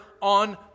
on